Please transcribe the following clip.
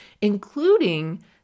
including